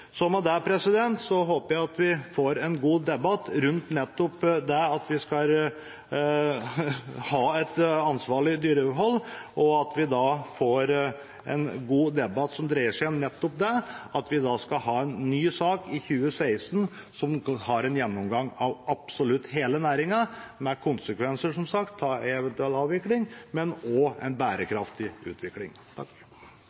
det håper jeg at vi får en god debatt rundt nettopp det at vi skal ha et ansvarlig dyrehold. Vi skal ha en ny sak i 2016 med en gjennomgang av absolutt hele næringen, som tar opp konsekvenser, som sagt, tar opp eventuell avvikling, men også en bærekraftig utvikling.